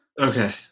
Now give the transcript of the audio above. Okay